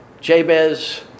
Jabez